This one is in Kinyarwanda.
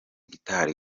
guitar